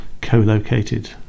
co-located